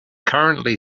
currently